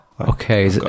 Okay